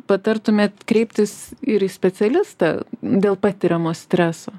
patartumėt kreiptis ir į specialistą dėl patiriamo streso